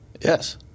Yes